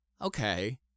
okay